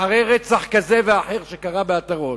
אחרי רצח כזה ואחר שקרה בעטרות,